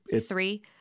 three